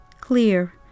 Clear